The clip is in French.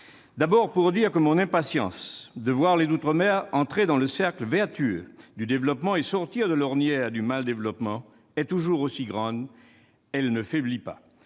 dire d'emblée que mon impatience de voir les outre-mer entrer dans le cercle vertueux du développement et sortir de l'ornière du « mal-développement » est toujours aussi grande : elle ne faiblit pas.